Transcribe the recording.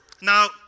Now